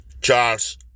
Charles